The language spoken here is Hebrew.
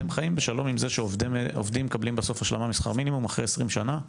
אתם חיים בשלום עם זה שמורים מקבלים שכר מינימום אחרי 20 שנה?